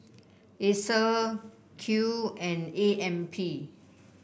Acer Qoo and A M P